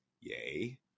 Yay